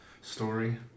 story